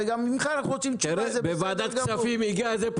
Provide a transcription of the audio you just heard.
מיכאל,